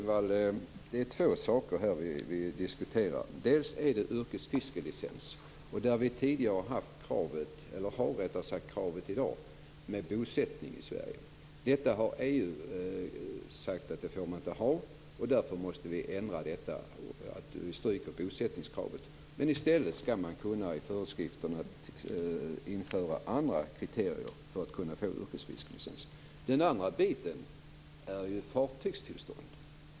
Fru talman! Det är två saker som vi diskuterar, Gudrun Lindvall. Det gäller för det första yrkesfiskelicens. Där har vi i dag kravet på bosättning i Sverige. Det har EU sagt att man inte får ha, och därför måste vi ändra detta. Vi stryker bosättningskravet. I stället skall man i föreskrifterna kunna införa andra kriterier för att kunna få yrkesfiskelicens. Den andra saken gäller fartygstillstånd.